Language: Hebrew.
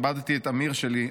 איבדת את אמיר שלי,